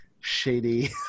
Shady